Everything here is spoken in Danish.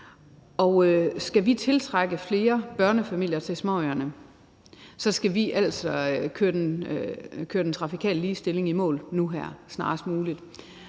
skal vi tiltrække flere børnefamilier til småøerne, skal vi altså køre den trafikale ligestilling i mål nu og her eller snarest muligt,